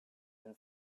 been